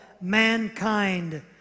mankind